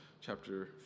chapter